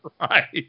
Right